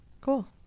Cool